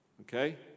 Okay